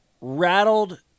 rattled